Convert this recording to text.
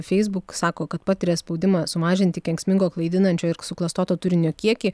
facebook sako kad patiria spaudimą sumažinti kenksmingo klaidinančio ir suklastoto turinio kiekį